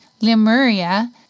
Lemuria